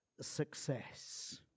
success